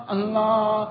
Allah